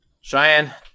Cheyenne